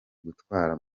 gutwara